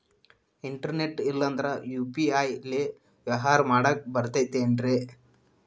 Internet ಇಲ್ಲಂದ್ರ UPI ಲೇ ವ್ಯವಹಾರ ಮಾಡಾಕ ಬರತೈತೇನ್ರೇ?